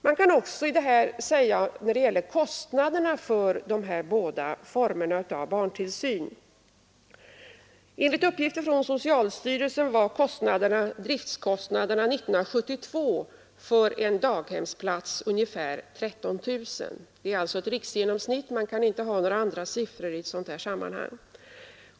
Man kan också säga detta när det gäller kostnaderna för dessa båda former av barntillsyn. Enligt uppgifter från socialstyrelsen var driftkostnaderna år 1972 för en daghemsplats ungefär 13 000. — Detta är ett riksgenomsnitt; man kan inte använda några andra siffror i ett sådant här sammanhang.